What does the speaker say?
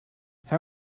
how